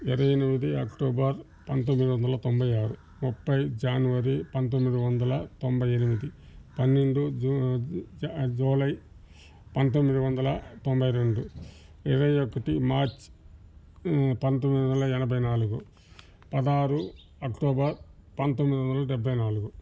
ఇరవై ఎనిమిది అక్టోబర్ పంతొమ్మిది వందల తొంభై ఆరు ముప్పై జనవరి పంతొమ్మిది వందల తొంభై ఎనిమిది పన్నెండు జూలై పంతొమ్మిది వందల తొంభై రెండు ఇరవై ఒకటి మార్చ్ పంతొమ్మిది వందల ఎనభై నాలుగు పదహారు అక్టోబర్ పంతొమ్మిది వందల డెబ్బై నాలుగు